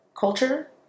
culture